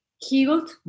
healed